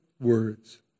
words